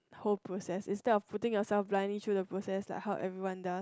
whole process instead of putting yourself blindly through the process like how everyone does